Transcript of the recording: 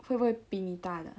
会不会比你大的